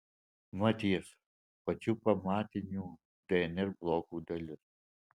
mat jis pačių pamatinių dnr blokų dalis